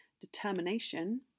determination